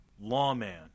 Lawman